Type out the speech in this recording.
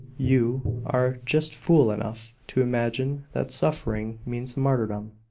you are just fool enough to imagine that suffering means martyrdom.